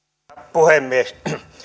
puhemies